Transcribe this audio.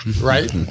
Right